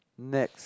next